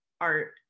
art